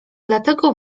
dlatego